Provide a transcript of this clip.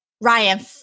Ryan